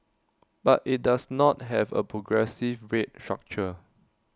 but IT does not have A progressive rate structure